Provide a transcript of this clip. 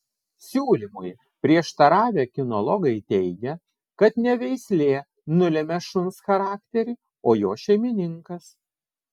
siūlymui prieštaravę kinologai teigia kad ne veislė nulemia šuns charakterį o jo šeimininkas